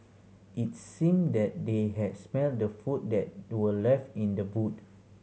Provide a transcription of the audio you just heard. its seemed that they had smelt the food that were left in the boot